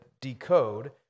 decode